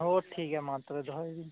ᱦᱮᱸ ᱴᱷᱤᱠ ᱜᱮᱭᱟ ᱢᱟ ᱛᱚᱵᱮ ᱫᱚᱦᱚᱭ ᱵᱤᱱ